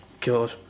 God